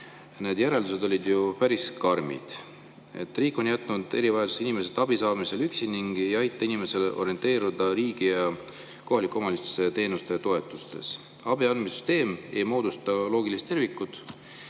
järeldused olid päris karmid: riik on jätnud erivajadusega inimesed abi saamisel üksi ning ei aita inimestel orienteeruda riigi ja kohaliku omavalitsuse teenustes ja toetustes. Abi andmise süsteem ei moodusta loogilist tervikut.